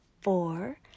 Four